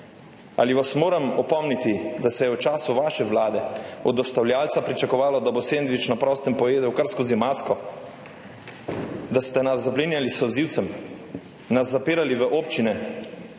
Ali vas moram opomniti, da se je v času vaše vlade od dostavljavca pričakovalo, da bo sendvič na prostem pojedel kar skozi masko, da ste nas zaplinjali s solzivcem, nas zapirali v občine,